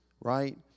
right